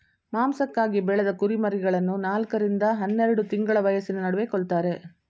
ಮಾಂಸಕ್ಕಾಗಿ ಬೆಳೆದ ಕುರಿಮರಿಗಳನ್ನು ನಾಲ್ಕ ರಿಂದ ಹನ್ನೆರೆಡು ತಿಂಗಳ ವಯಸ್ಸಿನ ನಡುವೆ ಕೊಲ್ತಾರೆ